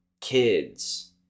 kids